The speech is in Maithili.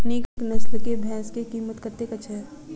नीक नस्ल केँ भैंस केँ कीमत कतेक छै?